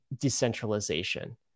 decentralization